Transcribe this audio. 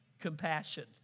compassion